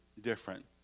different